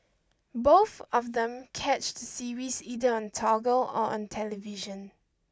both of them catch the series either on toggle or on television